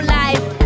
life